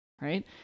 right